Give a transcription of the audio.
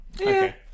Okay